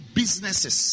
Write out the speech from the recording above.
businesses